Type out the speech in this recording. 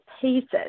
pieces